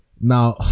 Now